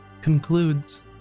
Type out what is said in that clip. concludes